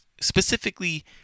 Specifically